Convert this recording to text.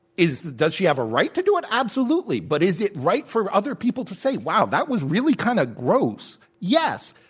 does she have a right to do it? absolutely. but is it right for other people to say, wow, that was really kind of gross? yes.